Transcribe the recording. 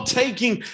taking